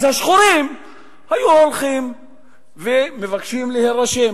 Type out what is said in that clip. האזרחים השחורים היו הולכים ומבקשים להירשם.